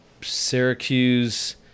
Syracuse